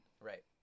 Right